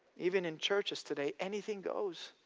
even in churches today, anything goes.